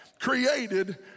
created